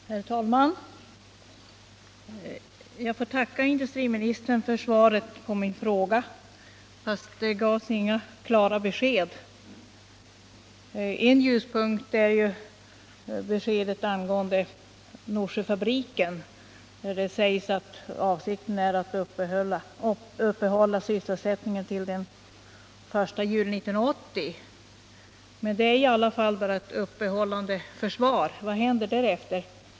Herr talman! Jag får tacka industriministern för svaret på min fråga fast det inte gavs några klara besked. En ljuspunkt är dock beskedet angående Norsjöfabriken, där det sägs att avsikten är att uppehålla sysselsättningen till den 1 juli 1980. Men det är i alla fall bara ett uppehållande försvar. Vad händer därefter?